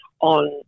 on